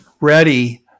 ready